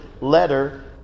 letter